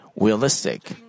realistic